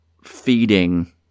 feeding